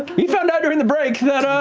we found out during the break that